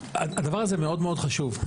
הדבר הזה מאוד מאוד חשוב,